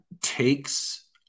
takes